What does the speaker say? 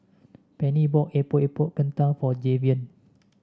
Penni bought Epok Epok Kentang for Javion